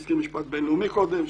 היה מי שהזכיר משפט בין-לאומי קודם,